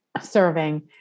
serving